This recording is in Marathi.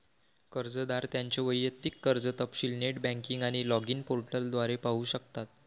कर्जदार त्यांचे वैयक्तिक कर्ज तपशील नेट बँकिंग आणि लॉगिन पोर्टल द्वारे पाहू शकतात